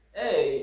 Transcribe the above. Hey